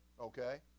Okay